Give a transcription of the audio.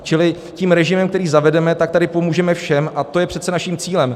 Čili tím režimem, který zavedeme, tady pomůžeme všem, a to je přece naším cílem.